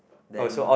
then